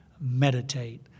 meditate